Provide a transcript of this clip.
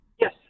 Yes